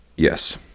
yes